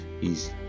easy